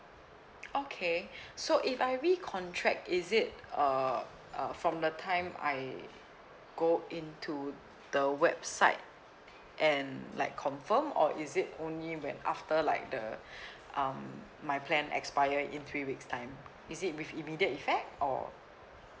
okay so if I recontract is it uh uh from the time I go in to the website and like confirm or is it only when after like the um my plan expire in three weeks time is it with immediately effect or